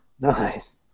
Nice